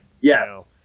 yes